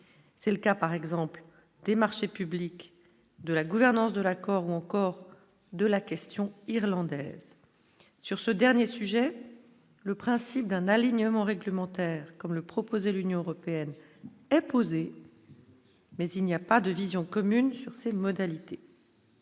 c'est le cas par exemple des marchés publics de la gouvernance de l'accord ou encore de la question irlandaise sur ce dernier sujet, le principe d'un alignement réglementaire, comme le proposait l'Union européenne est posée. Mais il n'y a pas de vision commune sur ses modalités.